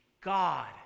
God